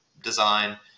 design